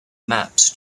mapped